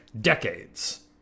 decades